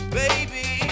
baby